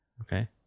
Okay